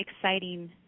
exciting